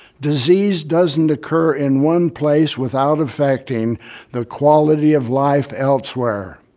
disease doesn't occur in one place without affecting the quality of life elsewhere.